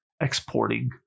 exporting